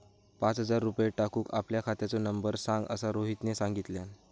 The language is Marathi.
पाच हजार रुपये टाकूक आपल्या खात्याचो नंबर सांग असा रोहितने सांगितल्यान